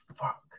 fuck